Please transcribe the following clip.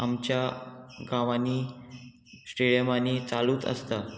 आमच्या गांवांनी स्टेडियमांनी चालूच आसता